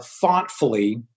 thoughtfully